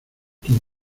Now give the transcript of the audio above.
quien